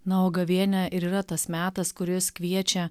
na o gavėnia ir yra tas metas kuris kviečia